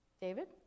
David